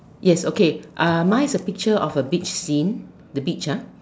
yes okay mine is a picture of a beach scene the beach ah